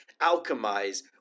alchemize